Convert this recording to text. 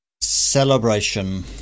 celebration